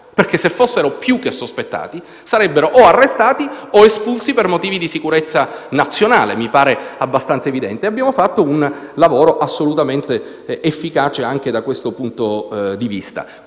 Se fossero più che sospettati, sarebbero o arrestati o espulsi per motivi di sicurezza nazionale. Mi sembra abbastanza evidente. Abbiamo svolto un lavoro assolutamente efficace anche da questo punto di vista.